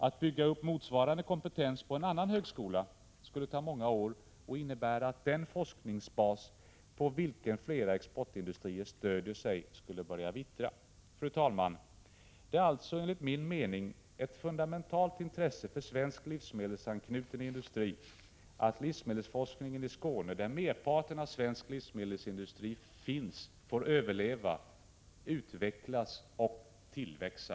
Att bygga upp motsvarande kompetens vid en annan högskola skulle ta många år, och det skulle innebära att den forskningsbas på vilken flera exportindustrier stöder sig skulle börja vittra. Fru talman! Det är alltså enligt min mening av fundamentalt intresse för svenskt livsmedelsanknuten industri att livsmedelsforskningen i Skåne, där merparten av svensk livsmedelsindustri finns, får överleva, utvecklas och tillväxa.